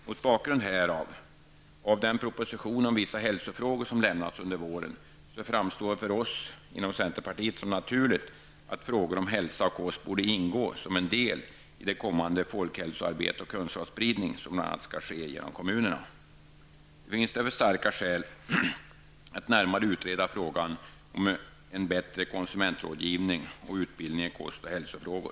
Mot bakgrund härav och av den proposition om vissa hälsofrågor som lagts fram under våren framstår det för oss inom centerpartiet som naturligt att frågor om hälsa och kost borde ingå som en del i kommande folkhälsoarbete och kunskapsspridning, som bl.a. skall ske genom kommunerna. Det finns därför starka skäl att närmare utreda frågan om en bättre konsumentrådgivning och utbildning i kost och hälsofrågor.